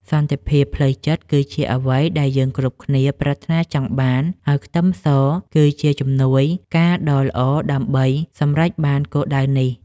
សន្តិភាពផ្លូវចិត្តគឺជាអ្វីដែលយើងគ្រប់គ្នាប្រាថ្នាចង់បានហើយខ្ទឹមសគឺជាជំនួយការដ៏ល្អដើម្បីសម្រេចបានគោលដៅនេះ។